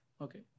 Okay